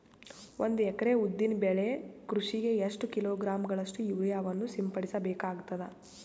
ಒಂದು ಎಕರೆ ಉದ್ದಿನ ಬೆಳೆ ಕೃಷಿಗೆ ಎಷ್ಟು ಕಿಲೋಗ್ರಾಂ ಗಳಷ್ಟು ಯೂರಿಯಾವನ್ನು ಸಿಂಪಡಸ ಬೇಕಾಗತದಾ?